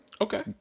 Okay